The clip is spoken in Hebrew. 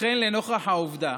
לכן, לנוכח העובדה